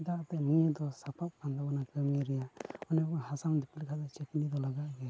ᱪᱮᱫᱟᱜᱛᱮ ᱱᱤᱭᱟᱹ ᱫᱚ ᱥᱟᱯᱟᱵ ᱠᱟᱱ ᱛᱟᱵᱚᱱᱟ ᱠᱟᱹᱢᱤ ᱨᱮᱭᱟᱜ ᱚᱱᱮ ᱦᱟᱥᱟᱢ ᱫᱤᱯᱤᱞ ᱠᱷᱟᱱ ᱫᱚ ᱪᱟᱹᱠᱱᱤ ᱫᱚ ᱞᱟᱜᱟᱜ ᱜᱮᱭᱟ